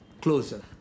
closer